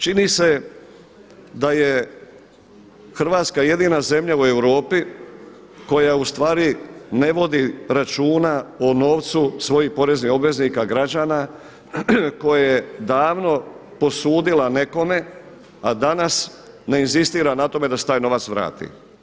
Čini se da je Hrvatska jedina zemlja u Europi koja ustvari ne vodi računa o novcu svojih poreznih obveznika građana koje je davno posudila nekome a danas ne inzistira na tome da se taj novac vrati.